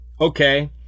Okay